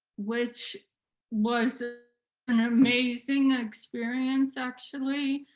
which was ah an amazing experience, actually.